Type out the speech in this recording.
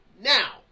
Now